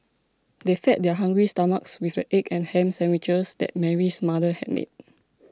they fed their hungry stomachs with the egg and ham sandwiches that Mary's mother had made